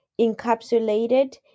encapsulated